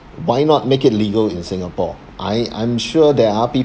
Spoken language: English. why not make it legal in singapore I I'm sure there are people